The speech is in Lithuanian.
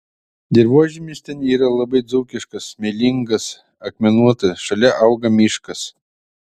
dirvožemis ten yra labai dzūkiškas smėlingas akmenuotas šalia auga miškas